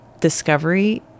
discovery